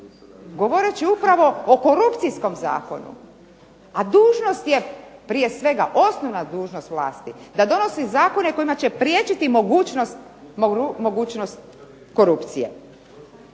govoreći upravo o korupcijskom zakonu, a dužnost je, prije svega osnovna dužnost, vlasti da donosi zakone kojima će priječiti mogućnost korupcije.